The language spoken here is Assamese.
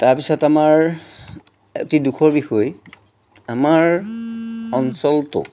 তাৰপিছত আমাৰ অতি দুখৰ বিষয় আমাৰ অঞ্চলটো